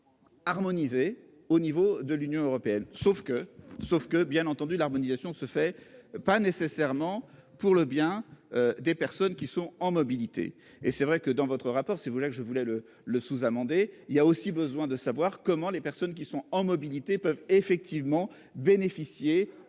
Harmonisées au niveau de l'Union européenne. Sauf que sauf que bien entendu l'harmonisation se fait pas nécessairement pour le bien des personnes qui sont en mobilité et c'est vrai que dans votre rapport, si vous voulez que je voulais le, le sous-amendé, il y a aussi besoin de savoir comment les personnes qui sont en mobilité peuvent effectivement bénéficier